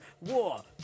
war